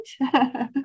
right